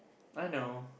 I know